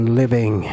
living